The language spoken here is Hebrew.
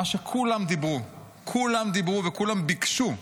מה שכולם אומרו, כולם אומרו וכולם ביקשו,